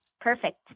perfect